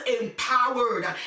empowered